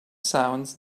sounds